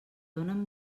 donen